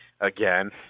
again